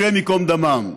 השם ייקום דמם.